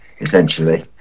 essentially